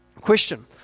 Question